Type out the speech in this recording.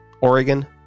Oregon